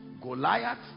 Goliath